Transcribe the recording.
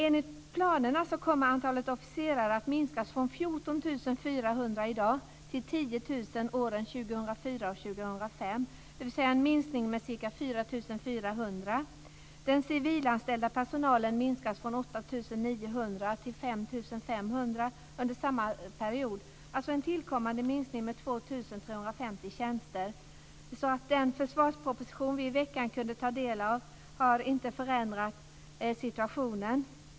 Enligt planerna kommer antalet officerare att minskas från 14 400 i dag till 10 000 åren 2004 och 2005, dvs. en minskning med ca 4 400. Den civilanställda personalen minskas från 8 900 till 5 500 under samma period. Det blir alltså en tillkommande minskning med 2 350 tjänster. Den försvarsproposition vi i veckan kunde ta del av har inte förändrat situationen.